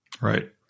Right